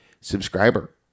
subscriber